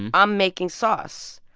and i'm making sauce.